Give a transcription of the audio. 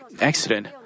accident